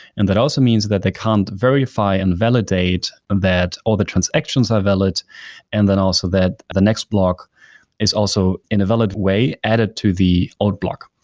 and that also means that they can't verify and validate and that all the transactions are valid and then also that the next block is also in a valid way added to the old block.